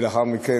ולאחר מכן,